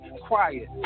quiet